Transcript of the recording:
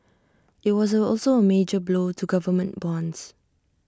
IT was also A major blow to government bonds